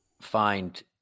find